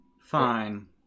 Fine